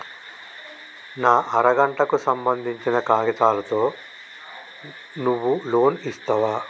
నా అర గంటకు సంబందించిన కాగితాలతో నువ్వు లోన్ ఇస్తవా?